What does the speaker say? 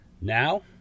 Now